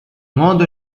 modo